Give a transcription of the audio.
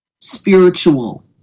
spiritual